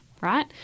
right